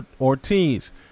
Ortiz